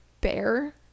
bear